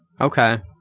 Okay